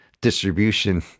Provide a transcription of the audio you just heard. distribution